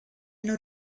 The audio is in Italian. non